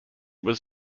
was